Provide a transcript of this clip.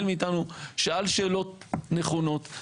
שאל שאלות נכונות,